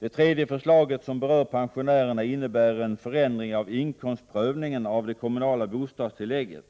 Det tredje förslaget som berör pensionärerna innebär en förändring av inkomstprövningen av det kommunala bostadstillägget.